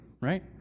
right